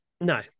No